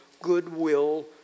goodwill